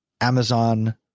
Amazon